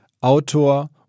Autor